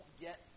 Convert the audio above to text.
get